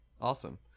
awesome